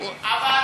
אבל,